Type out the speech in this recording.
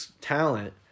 talent